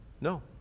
No